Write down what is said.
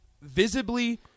visibly